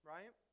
Right